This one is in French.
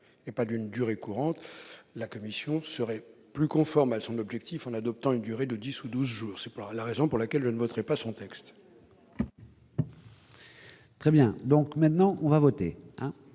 et non d'une durée courante, la commission serait plus conforme à son objectif en adoptant une durée de 10 ou 12 jours. C'est la raison pour laquelle je ne voterai pas son texte. Je vais mettre aux voix